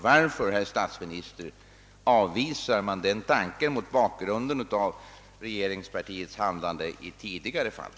Varför, herr statsminister, avvisar man den tanken mot bakgrunden av regeringspartiets handlande i tidigare fall?